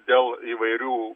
dėl įvairių